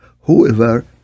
whoever